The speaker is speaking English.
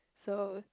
so